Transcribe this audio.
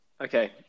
okay